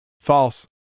false